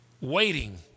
waiting